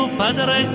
padre